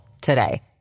today